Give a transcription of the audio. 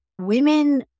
Women